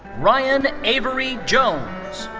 ryan avery jones.